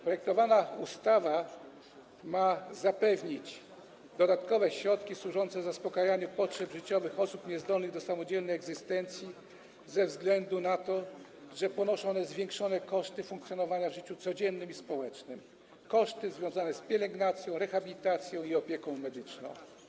Projektowana ustawa ma zapewnić dodatkowe środki służące zaspokajaniu potrzeb życiowych osób niezdolnych do samodzielnej egzystencji ze względu na to, że ponoszą one zwiększone koszty funkcjonowania w życiu codziennym i społecznym, koszty związane z pielęgnacją, rehabilitacją i opieką medyczną.